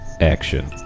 action